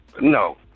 No